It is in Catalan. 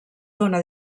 dóna